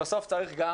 בסוף צריך גם